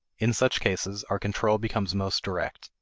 in such cases, our control becomes most direct,